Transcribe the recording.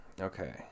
Okay